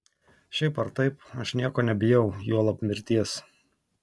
šiaip ar taip aš nieko nebijau juolab mirties